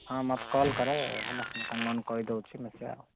ହଁ ମୋତେ କଲ୍ କରେ ହେଲା ମୁଁ ତାଙ୍କମାନଙ୍କୁ କହିଦେଉଛି ମିଶିବା